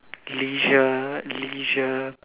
leisure leisure